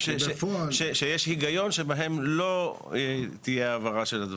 היא לא נעלמת.